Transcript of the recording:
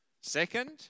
Second